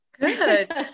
Good